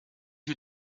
you